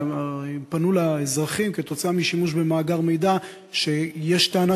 הרי הם פנו לאזרחים עקב שימוש במאגר מידע שיש טענה